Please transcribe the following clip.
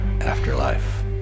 afterlife